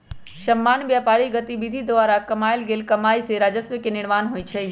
सामान्य व्यापारिक गतिविधि द्वारा कमायल गेल कमाइ से राजस्व के निर्माण होइ छइ